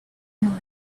know